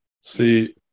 See